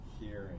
Hearing